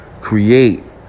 create